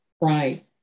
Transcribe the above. Right